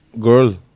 girl